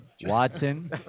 Watson